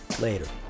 Later